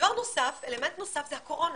דבר נוסף, אלמנט נוסף זה הקורונה.